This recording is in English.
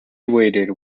waited